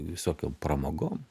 visokiom pramogom